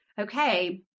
okay